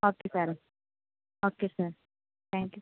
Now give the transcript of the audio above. okay സാറേ okay sir thank you